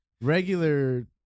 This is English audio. regular